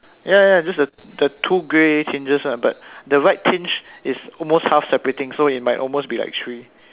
ya ya ya just the the two grey tinges lah but the right tinge is almost half separating so it might almost be like three